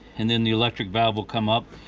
and then the electric valve will come up.